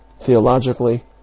theologically